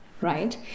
right